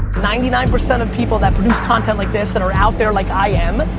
ninety nine percent of people that produce content like this that are out there like i am,